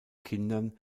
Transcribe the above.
kindern